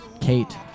Kate